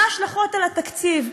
מה ההשלכות על התקציב,